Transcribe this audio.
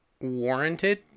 warranted